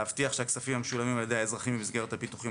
ולהבטיח שהכספים המשולמים על ידי האזרחים במסגרת הביטוחים